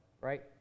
right